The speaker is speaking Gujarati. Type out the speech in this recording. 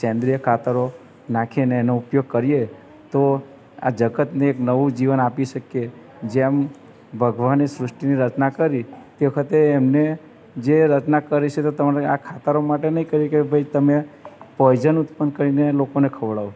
સેન્દ્રિય ખાતરો નાખીને અને એનો ઉપયોગ કરીએ તો આ જગતને એક નવું જીવન આપી શકીએ જેમ ભગવાને સૃષ્ટિની રચના કરી તે વખતે એમણે જે રચના કરી છે તો તમને આ ખાતરો માટે નથી કરી કે ભાઈ તમે પોઈઝન ઉત્પન્ન કરીને લોકોને ખવડાવો